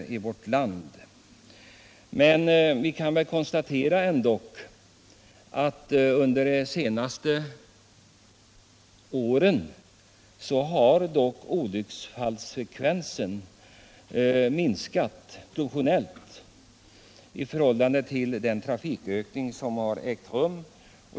Vi kan ändå konstatera att olycksfallsfrekvensen under de senaste åren har minskat proportionellt i förhållande till den trafikökning som ägt rum.